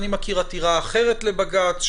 אני מכיר עתירה אחרת לבג"ץ,